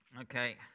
Okay